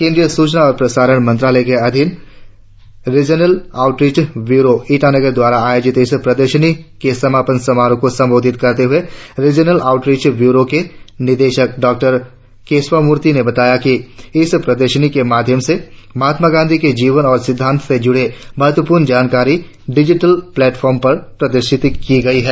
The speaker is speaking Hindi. केंद्रीय सूचना और प्रसारण मंत्रालय के अधीन रीजनल आऊटरीच ब्यूरो ईटानगर द्वारा आयोजित इस प्रदर्शनी के समापन समारोह को संबोधित करते हुए रीजनल आउटरीच ब्यूरों के निदेशक डॉ केशवामूर्ति ने बताया कि इस प्रदर्शनी के माध्यम से महात्मा गांधी के जीवन और सिद्धांत से जुड़ी महत्वपूर्ण जानकारियां डिजिटल प्लेटफार्म पर प्रदर्शित की गई है